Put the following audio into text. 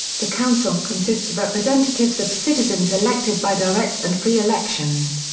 the council consists of representatives of citizens elected by direct and free elections.